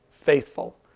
faithful